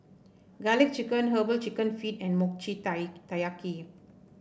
garlic chicken herbal chicken feet and Mochi Taiyaki